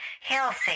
healthy